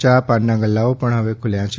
ચા પાનના ગલ્લાઓ પણ હવે ખુલ્યા છે